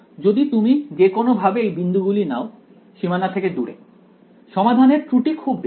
যদি তুমি যে কোনো ভাবে এই বিন্দুগুলো নাও সীমানা থেকে দূরে সমাধানের ত্রুটি খুব বেশি